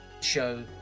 show